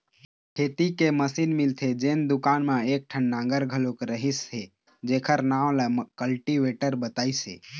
खेती के मसीन मिलथे तेन दुकान म एकठन नांगर घलोक रहिस हे जेखर नांव ल कल्टीवेटर बतइस हे